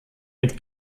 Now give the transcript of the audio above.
mit